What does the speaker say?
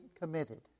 committed